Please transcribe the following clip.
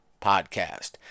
podcast